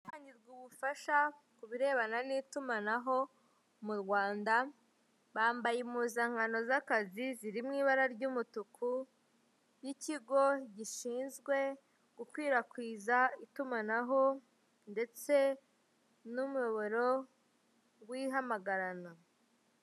Ahatangirwa ubufasha kubirebana n'itumanaho mu Rwanda bambaye impuzankano za kazi ziri mu ibara ry'umutuku z'ikigo gishinzwe gukwirakwiza itumanaho ndetse n'umuyoboro w'ihamagarana.